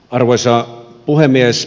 arvoisa puhemies